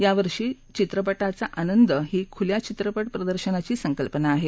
या वर्षी चित्रपटाचा आनंद ही खुल्या चित्रपट प्रदर्शनाची संकल्पना आहे